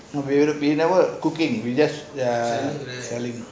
we never cooking we just the